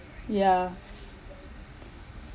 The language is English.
yeah